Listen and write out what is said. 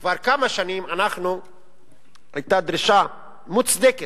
וכבר כמה שנים היתה דרישה מוצדקת